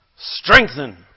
Strengthen